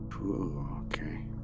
okay